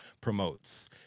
promotes